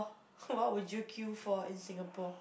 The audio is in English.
what would you queue for in Singapore